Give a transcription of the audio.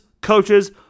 coaches